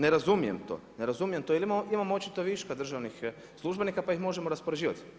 Ne razumijem to, ne razumijem to, jer imamo očito viška državnih službenika pa ih možemo raspoređivati.